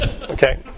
okay